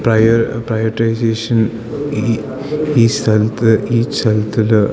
prioritisation ഈ ഈ സ്ഥലത്ത് ഈ സ്ഥലത്തുള്ള